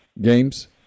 Games